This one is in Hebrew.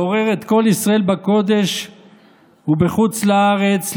לעורר את כל ישראל בקודש ובחוץ לארץ,